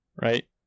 right